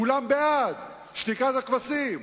כולם בעד, שתיקת הכבשים.